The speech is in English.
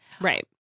right